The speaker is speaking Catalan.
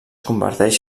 converteix